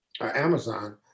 Amazon